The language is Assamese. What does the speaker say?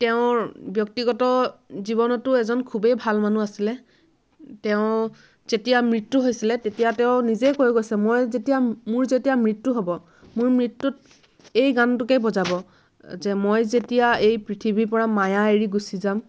তেওঁৰ ব্যক্তিগত জীৱনতো এজন খুবেই ভাল মানুহ আছিলে তেওঁ যেতিয়া মৃত্যু হৈছিলে তেতিয়া তেওঁ নিজে কৈ গৈছে মই যেতিয়া মোৰ যেতিয়া মৃত্যু হ'ব মোৰ মৃত্যুত এই গানটোকেই বজাব যে মই যেতিয়া এই পৃথিৱীৰ পৰা মায়া এৰি গুচি যাম